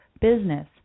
business